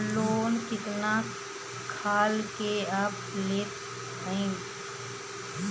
Loan कितना खाल के आप लेत हईन?